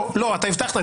אתה הבטחת.